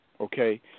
Okay